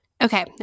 Okay